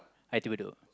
I_T_E-Bedok